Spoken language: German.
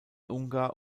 ungar